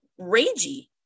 ragey